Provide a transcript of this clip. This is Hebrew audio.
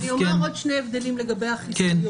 אני אומר עוד שני הבדלים לגבי החיסיון.